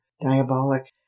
diabolic